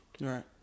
Right